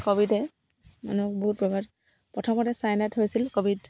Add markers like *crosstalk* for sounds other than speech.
ক'ভিডে মানুহ বহুত *unintelligible* প্ৰথমতে চাইনাত হৈছিল ক'ভিড